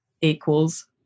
equals